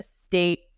State